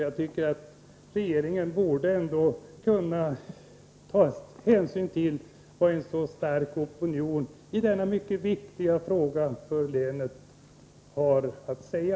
Jag tycker att regeringen ändå borde kunna ta hänsyn till vad en så stark opinion i denna för länet mycket viktiga fråga har att säga.